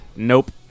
Nope